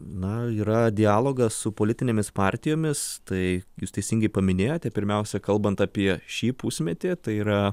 na yra dialogas su politinėmis partijomis tai jus teisingai paminėjote pirmiausia kalbant apie šį pusmetį tai yra